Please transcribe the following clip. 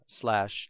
slash